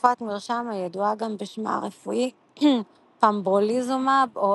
תרופת מרשם הידועה גם בשמה הרפואי פמברוליזומב או